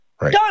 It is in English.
Done